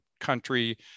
country